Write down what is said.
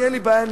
אין לי בעיה,